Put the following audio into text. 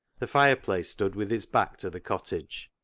the fireplace stood with its back to the cottage.